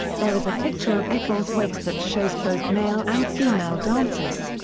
there is a picture of eccles wakes that shows both male and female dancers.